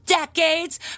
decades